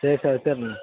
சரி சார் வெச்சுர்றேன்